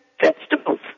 Vegetables